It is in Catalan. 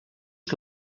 que